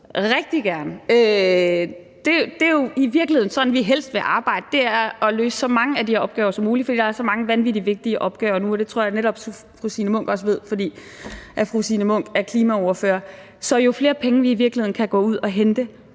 rigtig gerne. Det er jo i virkeligheden sådan, vi helst vil arbejde, nemlig ved at løse så mange af de her opgaver som muligt, fordi der er så mange vanvittig vigtige opgaver nu. Det tror jeg også at netop fru Signe Munk ved, fordi fru Signe Munk er klimaordfører. Så jo flere penge vi i virkeligheden kan gå ud og hente